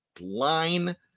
line